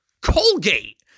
Colgate